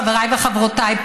חבריי וחברותיי,